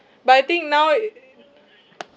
but I think now